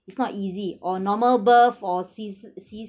it's not easy or normal birth or c~ c~ c~